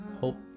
hope